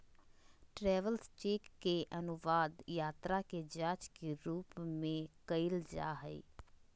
travellers cheque के अनुवाद यात्रा के जांच के रूप में कइल जा हइ